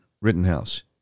Rittenhouse